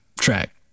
track